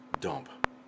dump